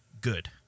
good